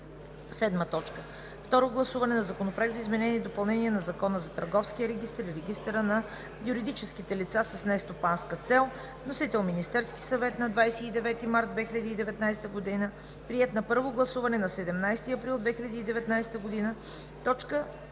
2019 г. 7. Второ гласуване на Законопроекта за изменение и допълнение на Закона за търговския регистър и регистъра на юридическите лица с нестопанска цел. Вносител: Министерският съвет, 29 март 2019 г. Приет на първо гласуване на 17 април 2019 г. – точка